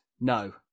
no